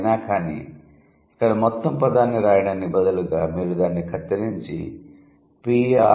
అయినా కానీ ఇక్కడ మొత్తం పదాన్ని వ్రాయడానికి బదులుగా మీరు దానిని కత్తిరించి 'Prof